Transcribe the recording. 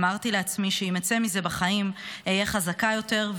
אמרתי לעצמי שאם אצא מזה בחיים אהיה חזקה יותר,